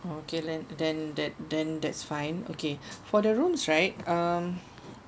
okay then then that then that's fine okay for the rooms right um